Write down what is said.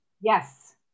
Yes